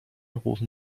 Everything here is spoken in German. rufen